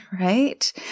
right